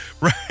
Right